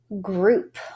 group